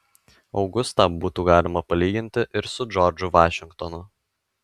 augustą būtų galima palyginti ir su džordžu vašingtonu